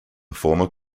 former